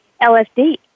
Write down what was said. LSD